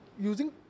using